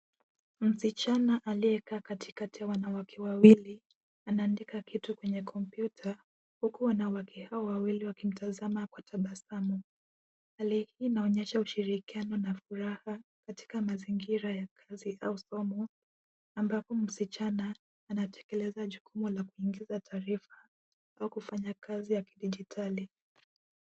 Msichana aliyekaa katikati ya wanawake wawili, anaandika kitu kwenye kompyuta, huku wanawake hao wawili wakimtazama kwa tabasamu. Hali hii inaonyesha ushirikiano na furaha, katika mazingira ya kazi au somo, ambapo msichana, anatekeleza jukumu la kuongeza taarifa, au kufanya kazi ya kidijitali.